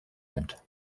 sind